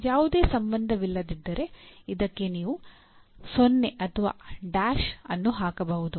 ಯಾವುದೇ ಸಂಬಂಧವಿಲ್ಲದಿದ್ದರೆ ಇದಕ್ಕೆ ನೀವು 0 ಅಥವಾ ಡ್ಯಾಶ್ ಅನ್ನು ಹಾಕಬಹುದು